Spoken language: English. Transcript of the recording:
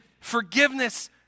forgiveness